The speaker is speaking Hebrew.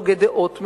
הוגה דעות,